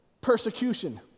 persecution